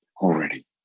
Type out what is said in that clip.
already